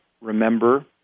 remember